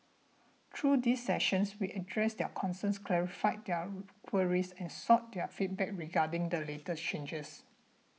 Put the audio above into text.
through these sessions we addressed their concerns clarified their queries and sought their feedback regarding the latest changes